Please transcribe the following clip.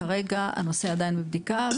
כרגע הנושא עדיין בבדיקה.